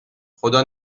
خدا